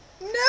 no